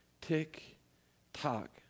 tick-tock